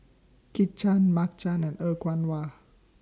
Kit Chan Mark Chan and Er Kwong Wah